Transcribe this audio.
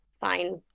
Fine